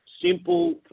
simple